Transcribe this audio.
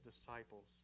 disciples